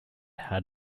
had